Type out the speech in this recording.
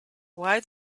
why